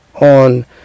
On